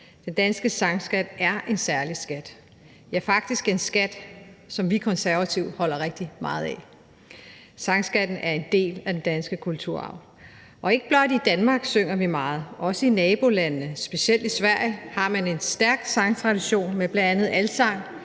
Den danske sangskat er en særlig skat, ja, faktisk en skat, som vi Konservative holder rigtig meget af. Sangskatten er en del af den danske kulturarv. Ikke blot i Danmark synger vi meget, men også i nabolandene, specielt i Sverige, har man en stærk sangtradition med bl.a. alsang;